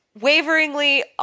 Waveringly